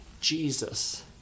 Jesus